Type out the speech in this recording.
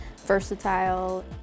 versatile